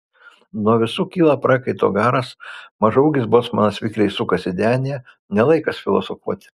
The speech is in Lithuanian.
nuo visų kyla prakaito garas mažaūgis bocmanas vikriai sukasi denyje ne laikas filosofuoti